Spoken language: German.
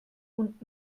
und